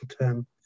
term